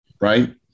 Right